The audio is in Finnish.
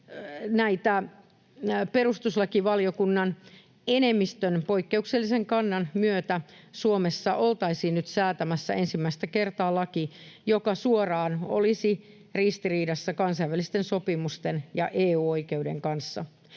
perustuslakivaliokunnan enemmistön poikkeuksellisen kannan myötä Suomessa oltaisiin nyt säätämässä ensimmäistä kertaa laki, joka suoraan olisi ristiriidassa kansainvälisten sopimusten ja EU-oikeuden kanssa.